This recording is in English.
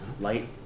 Light